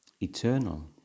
eternal